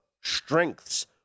strengths